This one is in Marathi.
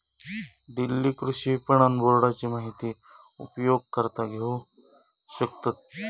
दिल्ली कृषि विपणन बोर्डाची माहिती उपयोगकर्ता घेऊ शकतत